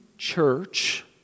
Church